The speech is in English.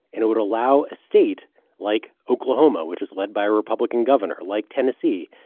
and it would allow a state like oklahoma, which is led by a republican governor like tennessee,